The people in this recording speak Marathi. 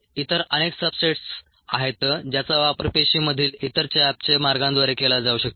इतर अनेक सबस्ट्रेट्स आहेत ज्याचा वापर पेशीमधील इतर चयापचय मार्गांद्वारे केला जाऊ शकतो